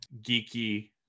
geeky